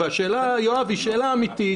יואב, השאלה היא שאלה אמיתית.